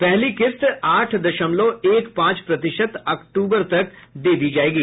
पहली किस्त आठ दशमलव एक पांच प्रतिशत अक्टूबर तक दे दी जायेगी